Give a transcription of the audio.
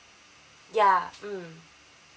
ya mm